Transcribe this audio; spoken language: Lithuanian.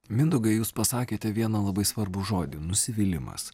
mindaugai jūs pasakėte vieną labai svarbų žodį nusivylimas